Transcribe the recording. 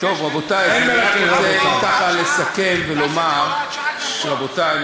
אין מרכז, רבותי.